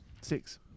Six